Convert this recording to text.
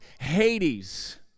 Hades